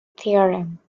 theorem